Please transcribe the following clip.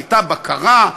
הייתה בקרה.